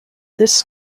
this